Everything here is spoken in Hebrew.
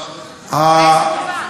קשה להבין אותו.